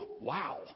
Wow